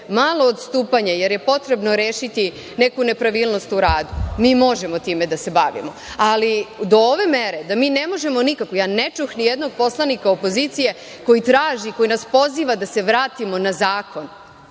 malo odstupanje, jer je potrebno rešiti neku nepravilnost u radu, mi možemo time da se bavimo, ali do ove mere da mi ne možemo nikako, ja ne čuh ni jednog poslanika opozicije koji traži, koji nas poziva da se vratimo na zakon.